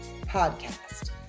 podcast